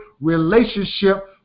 relationship